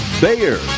Bayer